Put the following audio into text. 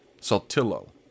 Saltillo